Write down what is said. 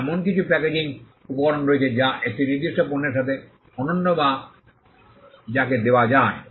এখন এমন কিছু প্যাকেজিং উপকরণ রয়েছে যা একটি নির্দিষ্ট পণ্যের সাথে অনন্য যা কে দেওয়া যায়